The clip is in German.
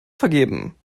vergeben